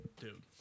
Dude